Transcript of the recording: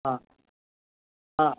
हां हां हां